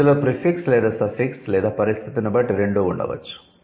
ఇందులో 'ప్రీఫిక్స్' లేదా 'సఫిక్స్' లేదా పరిస్థితిని బట్టి రెండూ ఉండవచ్చు